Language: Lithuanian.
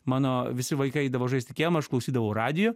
mano visi vaikai eidavo žaist į kiemą aš klausydavau radijo